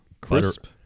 crisp